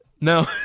no